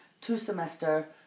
two-semester